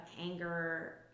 anger